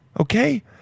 okay